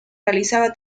realizaba